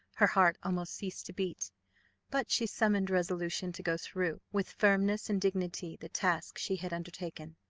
her heart almost ceased to beat but she summoned resolution to go through, with firmness and dignity, the task she had undertaken.